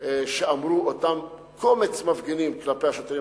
שאמרו אותם קומץ מפגינים כלפי השוטרים.